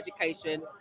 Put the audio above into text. education